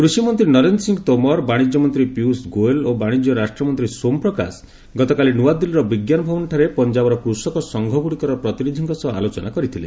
କୃଷି ମନ୍ତ୍ରୀ ନରେନ୍ଦ୍ର ସିଂ ତୋମର ବାଣିଜ୍ୟ ମନ୍ତ୍ରୀ ପୀୟୁଷ ଗୋୟଲ ଓ ବାଣିଜ୍ୟ ରାଷ୍ଟ୍ରମନ୍ତ୍ରୀ ସୋମ ପ୍ରକାଶ ଗତକାଲି ନୂଆଦିଲ୍ଲୀର ବିଜ୍ଞାନ ଭବନଠାରେ ପଂଜାବର କୃଷକ ସଂଘଗୁଡିକର ପ୍ରତିନିଧିଙ୍କ ସହ ଆଲୋଚନା କରିଥିଲେ